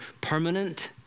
permanent